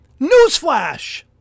newsflash